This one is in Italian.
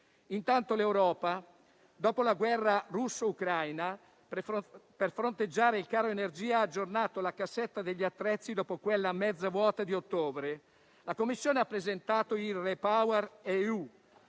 Intanto, l'Europa, dopo la guerra russo-ucraina, per fronteggiare il caro energia ha aggiornato la cassetta degli attrezzi dopo quella mezza vuota di ottobre. La Commissione ha presentato il RePower EU.